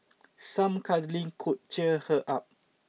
some cuddling could cheer her up